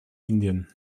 indien